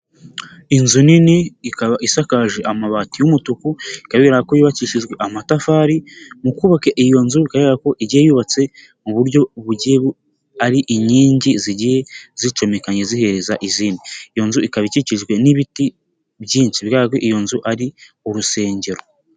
Inzu nini ikaba isakaje amabati y'umutuku bigaragara ko yubakishijwe amatafari, mu kubabaka iyo nzu bigaragara ko igihe yubatse mu buryo bugiye ari inkingi zigiye zicomeka zihereza izindi, iyo nzu ikaba ikikijwe n'ibiti byinshi bigaragara ko iyo nzu ari urusengero.